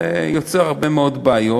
זה יוצר הרבה מאוד בעיות.